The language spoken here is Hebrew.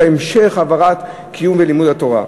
את המשך העברת קיום ולימוד התורה.